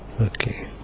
Okay